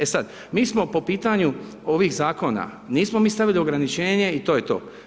E sada, mi smo po pitanju ovih zakona, nismo mi stavili ograničenje i to je to.